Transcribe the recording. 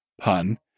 pun